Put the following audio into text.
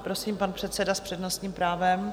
Prosím, pan předseda s přednostním právem.